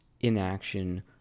inaction